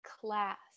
class